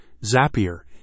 Zapier